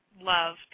love